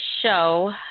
show